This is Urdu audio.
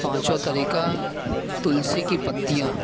پانچواں طریقہ تلسی کی پتیاں